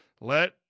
Let